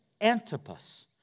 Antipas